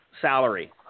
salary